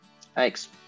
Thanks